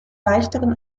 leichteren